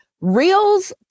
Reels